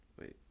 Wait